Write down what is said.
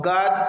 God